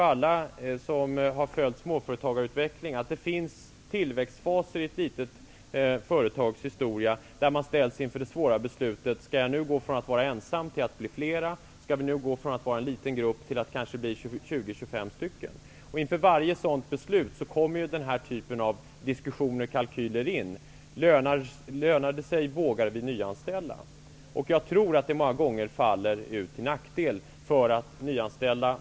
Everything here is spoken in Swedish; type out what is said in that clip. Alla som har följt småföretagarutvecklingen vet ju att det finns tillväxtfaser i ett litet företags historia där man ställs inför det svåra beslutet om man skall gå från att vara ensam till att bli flera eller från att vara en liten grupp till att bli 20--25 personer. Inför varje sådant beslut kommer den här typen av diskussioner och kalkyler in. Lönar det sig, och vågar vi nyanställa? Jag tror att det många gånger utfaller till nackdel för att nyanställa.